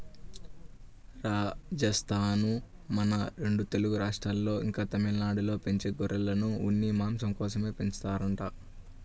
రాజస్థానూ, మన రెండు తెలుగు రాష్ట్రాల్లో, ఇంకా తమిళనాడులో పెంచే గొర్రెలను ఉన్ని, మాంసం కోసమే పెంచుతారంట